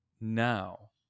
now